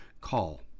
Call